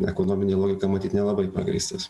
ekonomine logika matyt nelabai pagrįstas